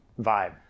vibe